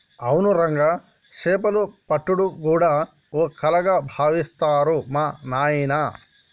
అవును రంగా సేపలు పట్టుడు గూడా ఓ కళగా బావిత్తరు మా నాయిన